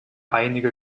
einige